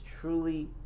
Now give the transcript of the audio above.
truly